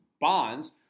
bonds